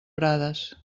prades